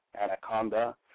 Anaconda